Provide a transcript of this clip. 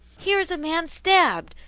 here is a man stabbed,